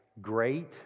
great